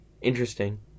Interesting